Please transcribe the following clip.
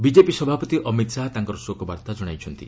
BJP ସଭାପତି ଅମିତ ଶାହା ତାଙ୍କର ଶୋକବାର୍ତ୍ତା ଜଣାଇଛନ୍ତି